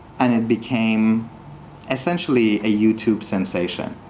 and it became essentially a youtube sensation.